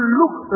look